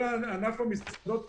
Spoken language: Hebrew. כל ענף המסעדות,